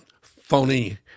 phony